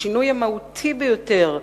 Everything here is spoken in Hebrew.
השינוי המהותי ביותר,